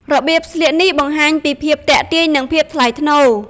របៀបស្លៀកនេះបង្ហាញពីភាពទាក់ទាញនិងភាពថ្លៃថ្នូរ។